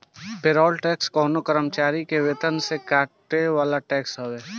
payroll tax कवनो कर्मचारी के वेतन से कटे वाला टैक्स हवे